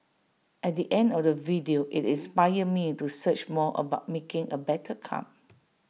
at the end of the video IT inspired me to search more about making A better cup